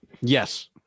Yes